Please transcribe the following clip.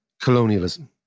colonialism